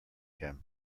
him